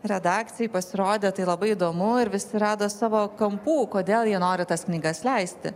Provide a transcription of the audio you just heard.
redakcijai pasirodė tai labai įdomu ir visi rado savo kampų kodėl jie nori tas knygas leisti